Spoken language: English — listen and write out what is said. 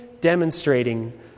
demonstrating